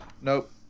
nope